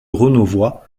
renauvoid